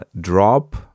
drop